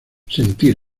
sentir